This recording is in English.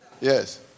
yes